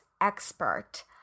expert